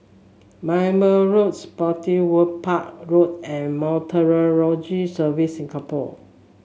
Merbau Road Spottiswoode Park Road and Meteorological Services Singapore